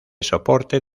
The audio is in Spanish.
soporte